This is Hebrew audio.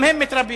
גם הם מתרבים,